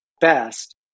best